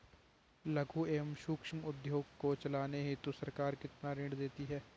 लघु एवं सूक्ष्म उद्योग को चलाने हेतु सरकार कितना ऋण देती है?